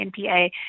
NPA